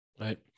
Right